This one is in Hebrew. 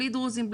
בלי דרוזים,